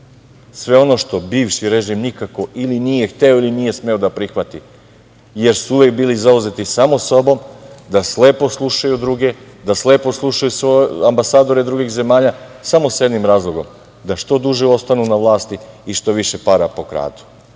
sve ono što bivši režim nikako ili nije hteo ili nije smeo da prihvati, jer su uvek bili zauzeti samo sobom, da slepo slušaju druge, da slepo slušaju ambasadore drugih zemalja samo sa jednim razlogom – da što duže ostanu na vlasti i što više para pokradu.